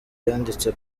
yanditse